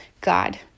God